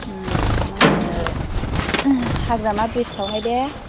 मा होनो हाग्रामा ब्रिजावहाय दे